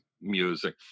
music